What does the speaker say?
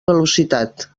velocitat